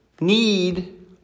need